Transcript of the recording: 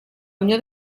unió